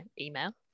email